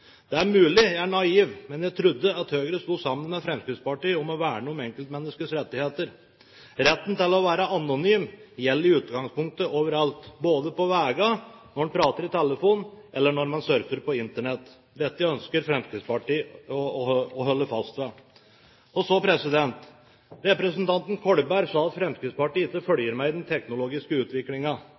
Det er mulig jeg er naiv, men jeg trodde at Høyre sto sammen med Fremskrittspartiet om å verne om enkeltmenneskets rettigheter. Retten til å være anonym gjelder i utgangspunktet overalt – både på veiene, når en prater i telefonen, og når en surfer på Internett. Dette ønsker Fremskrittspartiet å holde fast ved. Representanten Kolberg sa at Fremskrittspartiet ikke følger med i den teknologiske